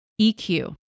EQ